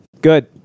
Good